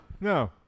No